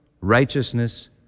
righteousness